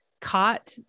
caught